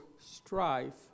strife